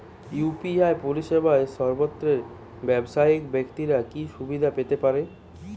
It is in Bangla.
ইউ.পি.আই পরিসেবা সর্বস্তরের ব্যাবসায়িক ব্যাক্তিরা কি সুবিধা পেতে পারে?